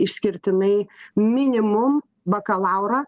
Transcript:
išskirtinai minimum bakalaurą